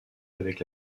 avec